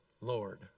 Lord